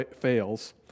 fails